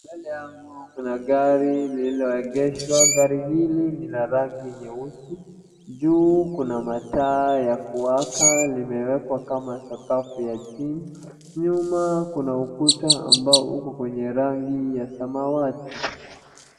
Mbele yangu kuna gari lililoengeshwa. Gari hili ni la rangi nyeusi. Juu kuna mataa ya kuwaka limewekwa kama sakafu ya chini. Nyuma kuna ukuta ambao uko kwenye rangi ya samawati.